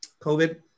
covid